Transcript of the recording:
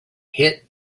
hit